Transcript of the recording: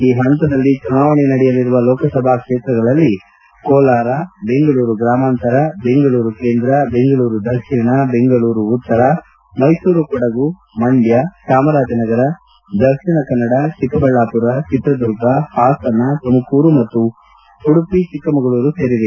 ಈ ಹಂತದಲ್ಲಿ ಚುನಾವಣೆ ನಡೆಯಲಿರುವ ಲೋಕಸಭಾ ಕ್ಷೇತ್ರಗಳಲ್ಲಿ ಕೋಲಾರ ಬೆಂಗಳೂರು ಗ್ರಾಮಾಂತರ ಬೆಂಗಳೂರು ಕೇಂದ್ರ ಬೆಂಗಳೂರು ದಕ್ಷಿಣ ಬೆಂಗಳೂರು ಉತ್ತರ ಮೈಸೂರು ಕೊಡಗು ಮಂಡ್ಜ ಚಾಮರಾಜನಗರ ದಕ್ಷಿಣ ಕನ್ನಡ ಚಿಕ್ಕಬಳ್ಳಾಪುರ ಚಿತ್ರದುರ್ಗ ಹಾಸನ ತುಮಕೂರು ಮತ್ತು ಉಡುಪಿ ಚಿಕ್ಕಮಗಳೂರು ಸೇರಿವೆ